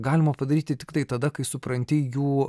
galima padaryti tiktai tada kai supranti jų